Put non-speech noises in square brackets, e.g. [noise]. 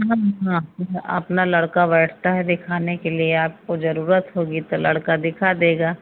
हम [unintelligible] अपना लड़का बैठता है दिखाने के लिए आपको जरूरत होगी तो लड़का दिखा देगा